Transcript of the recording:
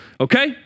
Okay